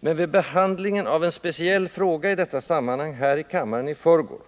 Men vid behandlingen av en speciell fråga i detta sammanhang här i kammaren i förrgår